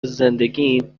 زندگیم